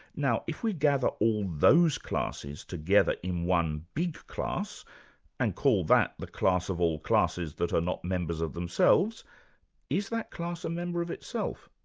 now if we gather all those classes together in one big class and call that the class of all classes that are not members of themselves is that class a member of itself?